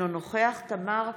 אינו נוכח תמר זנדברג,